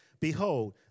behold